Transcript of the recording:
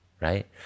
right